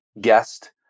guest